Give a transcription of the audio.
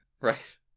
Right